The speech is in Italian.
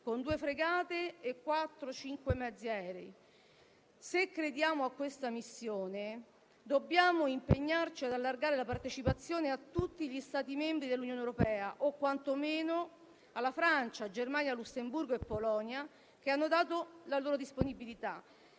con due fregate e quattro o cinque mezzi aerei. Se crediamo in questa missione, dobbiamo impegnarci ad allargarne la partecipazione a tutti gli Stati membri dell'Unione Europea - o quantomeno a Francia, Germania, Lussemburgo e Polonia, che hanno dato la loro disponibilità